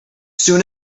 soon